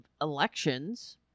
elections